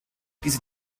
diese